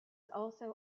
also